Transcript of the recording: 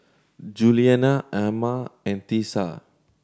Julianna Amma and Tisa